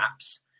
apps